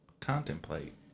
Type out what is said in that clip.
contemplate